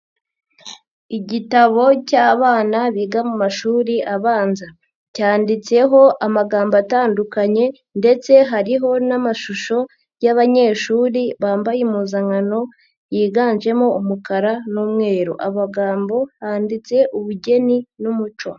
Igitabo cy'abana biga mu mashuri abanza, cyanditseho amagambo atandukanye ndetse hariho n'amashusho y'abanyeshuri bambaye impuzankano yiganjemo umukara n'umweru, amagambo yanditse ubugeni n'umuco.